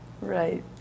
Right